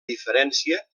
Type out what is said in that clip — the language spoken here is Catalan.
diferència